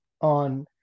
on